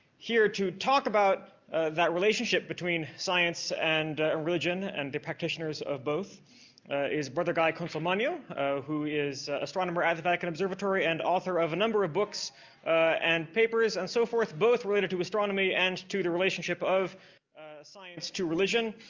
here, to talk about that relationship between science and religion and the practitioners of both is brother guy consolmagno who is astronomer at the vatican observatory and author of a number of books and papers and so forth both related to astronomy and to the relationship of science to religion.